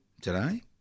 today